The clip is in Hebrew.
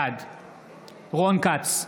בעד רון כץ,